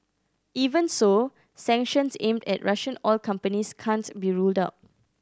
even so sanctions aimed at Russian oil companies can't be ruled out